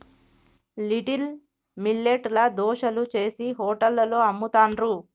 little millet ల దోశలు చేశి హోటళ్లలో అమ్ముతాండ్రు